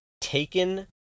taken